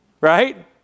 right